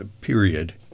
period